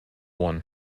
one